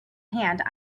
hand